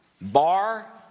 Bar